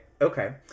Okay